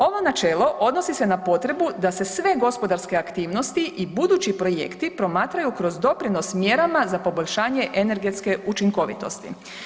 Ovo načelo odnosi se na potrebu da se sve gospodarske aktivnosti i budući projekti promatraju kroz doprinos mjerama za poboljšanje energetske učinkovitosti.